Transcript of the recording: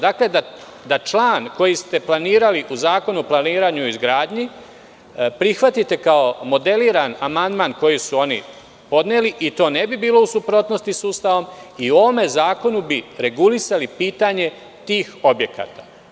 Dakle, da član koji ste planirali u Zakonu o planiranju i izgradnji prihvatite kao modeliran amandman koji su oni podneli i to ne bi bilo u suprotnosti sa Ustavom i u ovom zakonu bi regulisali pitanje tih objekata.